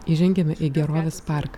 įžengiame į gerovės parką